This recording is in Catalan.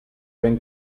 ben